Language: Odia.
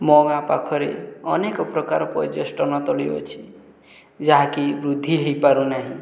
ମୋ ଗାଁ ପାଖରେ ଅନେକପ୍ରକାର ପର୍ଯ୍ୟଟନସ୍ଥଳୀ ଅଛି ଯାହାକି ବୃଦ୍ଧି ହୋଇପାରୁନାହିଁ